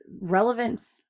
relevance